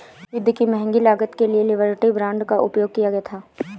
युद्ध की महंगी लागत के लिए लिबर्टी बांड का उपयोग किया गया था